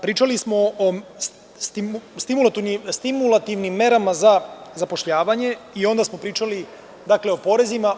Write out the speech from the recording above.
Pričali smo o stimulativnim merama za zapošljavanje i onda smo pričali o porezima.